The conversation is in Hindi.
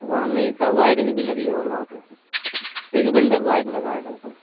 वहाँ नहीं था वाइरिंग भी लगी है और वहाँ पे एक बन्डल वायर लगा है लगभग